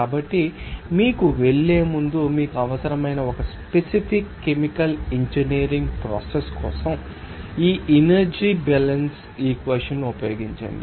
కాబట్టి మీకు వెళ్లేముందు మీకు అవసరమైన ఒక స్పెసిఫిక్ కెమికల్ ఇంజనీరింగ్ ప్రోసెస్ కోసం ఈ ఎనర్జీ బ్యాలన్స్ ఇక్వెషన్ ఉపయోగించండి